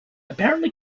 apparently